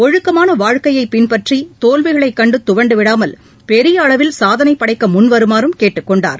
ஒழுக்கமான வாழ்க்கையை பின்பற்றி தோல்விகளைக் கண்டு துவண்டுவிடாமல் பெரிய அளவில் சாதனை படைக்க முன்வருமாறும் கேட்டுக் கொண்டார்